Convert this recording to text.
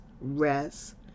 rest